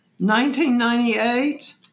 1998